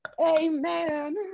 Amen